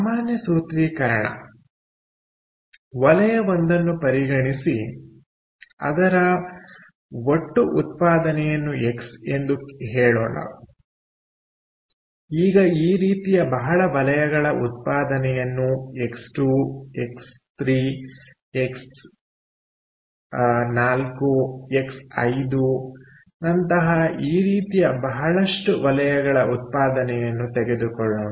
ಸಾಮಾನ್ಯ ಸೂತ್ರೀಕರಣ ವಲಯ ಒಂದನ್ನು ಪರಿಗಣಿಸಿ ಅದರ ಒಟ್ಟು ಉತ್ಪಾದನೆಯನ್ನು ಎಕ್ಸ್1 ಎಂದು ಹೇಳೋಣ ಈಗ ಈ ರೀತಿಯ ಬಹಳ ವಲಯಗಳ ಉತ್ಪಾದನೆಯನ್ನು ಎಕ್ಸ್ 2 ಎಕ್ಸ್3 ಎಕ್ಸ್4 ಎಕ್ಸ್5 ನಂತಹ ಈ ರೀತಿ ಬಹಳಷ್ಟು ವಲಯಗಳ ಉತ್ಪಾದನೆಯನ್ನು ತೆಗೆದುಕೊಳ್ಳೋಣ